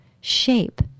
shape